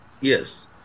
Yes